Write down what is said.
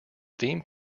theme